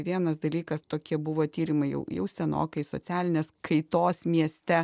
vienas dalykas tokie buvo tyrimai jau jau senokai socialinės kaitos mieste